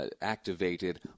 activated